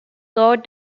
lord